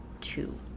two